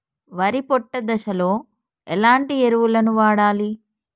వరి పొట్ట దశలో ఎలాంటి ఎరువును వాడాలి?